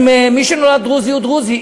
מי שנולד דרוזי הוא דרוזי,